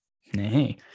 Hey